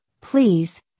please